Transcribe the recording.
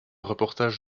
reportage